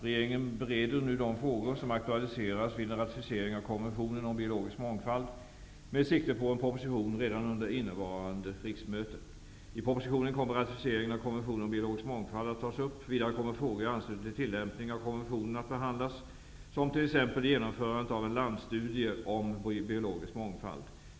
Regeringen bereder nu de frågor som aktualiseras vid en ratificering av konventionen om biologisk mångfald, med sikte på en proposition redan under innevarande riksmöte. I propositionen kommer ratificeringen av konventionen om biologisk mångfald att tas upp. Vidare kommer frågor i anslutning till tillämpningen av konventionen att behandlas, t.ex. genomförandet av en landstudie om biologisk mångfald.